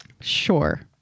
Sure